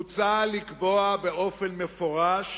מוצע לקבוע באופן מפורש